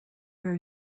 where